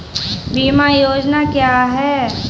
बीमा योजना क्या है?